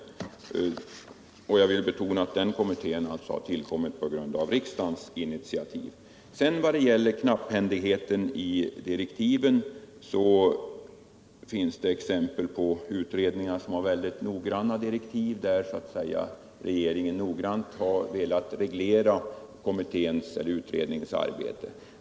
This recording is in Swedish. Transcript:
Jag vill betona att den kommittén tillkommit på riksdagens initiativ. Vad sedan gäller knapphändigheten i direktiven finns det exempel på utredningar med mycket noggranna direktiv. Regeringen har då noggrant velat reglera kommitténs eller utredningens arbete.